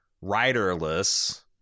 riderless